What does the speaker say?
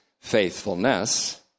faithfulness